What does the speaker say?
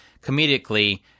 comedically